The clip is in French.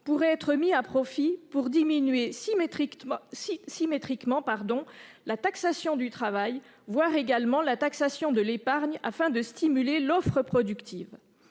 pourrait être mis à profit pour diminuer symétriquement la taxation du travail, voire celle de l'épargne, afin de stimuler l'offre productive.